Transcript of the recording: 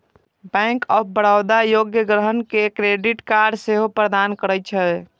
bank of Baroda योग्य ग्राहक कें क्रेडिट कार्ड सेहो प्रदान करै छै